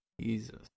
Jesus